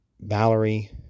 Valerie